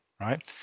right